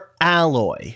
alloy